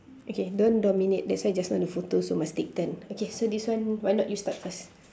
okay don't dominate that's why just now the photos so must take turns okay this one why not you start first